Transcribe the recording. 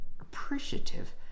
appreciative